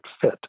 fit